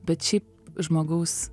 bet šiaip žmogaus